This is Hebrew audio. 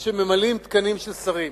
של מילוי תקנים של שרים,